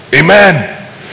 Amen